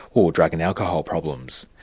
or drug and alcohol problems.